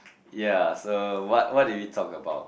yea so what what do you talk about